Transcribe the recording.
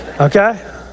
okay